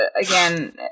again